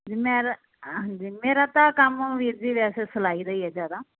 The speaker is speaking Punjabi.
ਮੈਂ ਮੇਰਾ ਤਾਂ ਕੰਮ ਵੀਰ ਜੀ ਵੈਸੇ ਸਲਾਈ ਦਾ ਹੀ ਜਿਆਦਾ